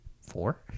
four